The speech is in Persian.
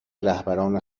رهبران